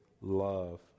love